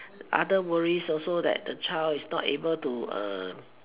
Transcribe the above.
other worries also that the child is not able to